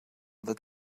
that